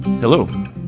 Hello